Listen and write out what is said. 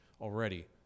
already